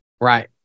Right